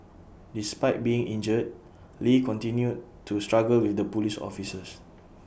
despite being injured lee continued to struggle with the Police officers